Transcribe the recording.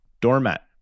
Doormat